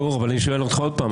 אני שואל אותך עוד פעם.